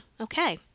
Okay